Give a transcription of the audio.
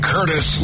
Curtis